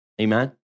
amen